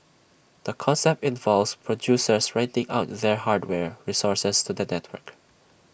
the concept involves producers renting out their hardware resources to the network